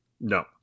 No